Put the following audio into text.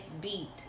beat